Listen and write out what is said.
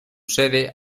sede